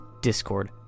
discord